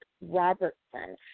Robertson